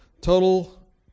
Total